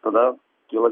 tada kyla